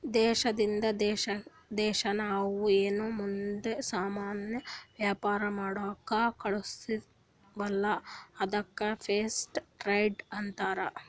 ದೇಶದಿಂದ್ ದೇಶಾ ನಾವ್ ಏನ್ ನಮ್ದು ಸಾಮಾನ್ ವ್ಯಾಪಾರ ಮಾಡ್ಲಕ್ ಕಳುಸ್ತಿವಲ್ಲ ಅದ್ದುಕ್ ಫೇರ್ ಟ್ರೇಡ್ ಅಂತಾರ